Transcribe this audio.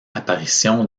apparition